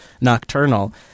Nocturnal